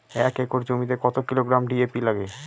এক একর জমিতে কত কিলোগ্রাম ডি.এ.পি লাগে?